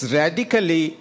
radically